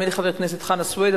נדמה לי חבר הכנסת חנא סוייד,